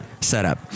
setup